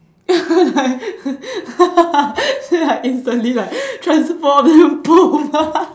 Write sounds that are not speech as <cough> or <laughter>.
<laughs> then like instantly like transform and boom <laughs>